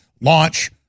launch